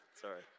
Sorry